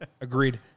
Agreed